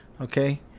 Okay